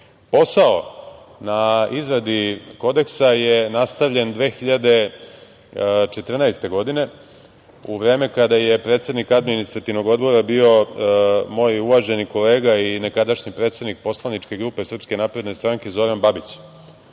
korak. Posao na izradi kodeksa je nastavljen 2014. godine u vreme kada je predsednik Administrativnog odbora bio moj uvaženi kolega i nekadašnji predsednik poslaničke grupe SNS Zoran Babić.